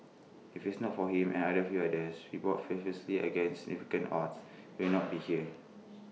if is not for him and A few others who fought fearlessly against significant odds we will not be here